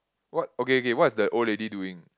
what okay okay what is the old lady doing